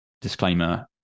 disclaimer